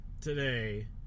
today